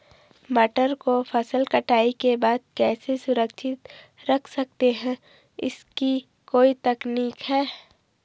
मटर को फसल कटाई के बाद कैसे सुरक्षित रख सकते हैं इसकी कोई तकनीक है?